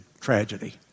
tragedy